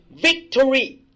victory